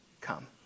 come